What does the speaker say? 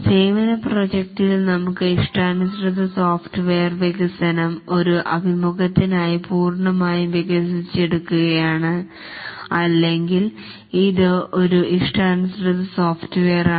സേവന പ്രോജക്ടിൽ നമുക്ക് ഇഷ്ടാനുസൃത സോഫ്റ്റ്വെയർ വികസനം ഒരു അഭിമുഖത്തിനായി പൂർണമായും വികസിപ്പിച്ചെടുക്കുക യാണ് അല്ലെങ്കിൽ ഇത് ഒരു ഇഷ്ടാനുസൃത സോഫ്റ്റ്വെയർ ആണ്